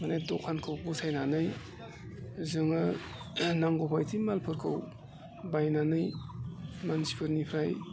माने दखानखौ बसायनानै जोङो नांगौ बायदि मालफोरखौ बायनानै मानसिफोरनिफ्राय